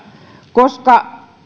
koska